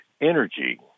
Energy